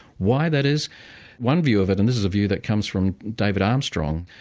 why that is one view of it, and this is a view that comes from david armstrong,